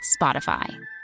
Spotify